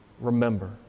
remember